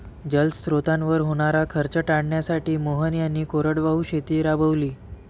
जलस्रोतांवर होणारा खर्च टाळण्यासाठी मोहन यांनी कोरडवाहू शेती राबवली